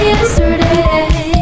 Yesterday